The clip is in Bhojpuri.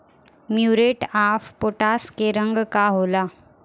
म्यूरेट ऑफ पोटाश के रंग का होला?